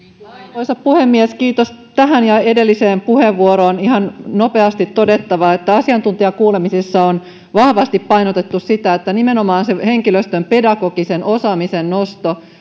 arvoisa puhemies tähän ja edelliseen puheenvuoroon on ihan nopeasti todettava että asiantuntijakuulemisissa on vahvasti painotettu sitä että nimenomaan henkilöstön pedagogisen osaamisen nosto